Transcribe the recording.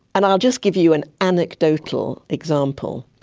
and i'll just give you an anecdotal example.